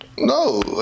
No